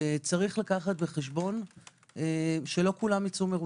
צריך לקחת בחשבון שלא כולם ייצאו מרוצים.